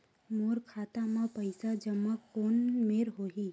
मोर खाता मा पईसा जमा कोन मेर होही?